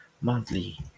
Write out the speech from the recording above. monthly